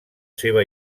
seva